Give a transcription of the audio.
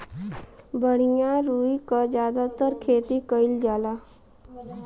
बढ़िया रुई क जादातर खेती कईल जाला